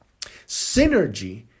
Synergy